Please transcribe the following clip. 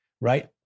right